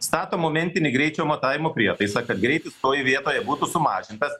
statom momentinį greičio matavimo prietaisą kad greitis toj vietoje būtų sumažintas